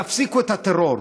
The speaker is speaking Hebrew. הן יפסיקו את הטרור.